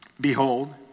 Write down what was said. Behold